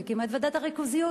והקימה את ועדת הריכוזיות.